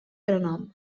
renom